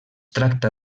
tracta